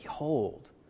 Behold